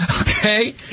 Okay